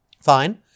Fine